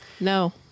No